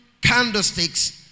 candlesticks